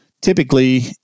Typically